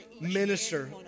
Minister